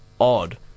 odd